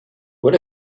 what